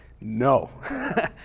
No